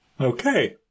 Okay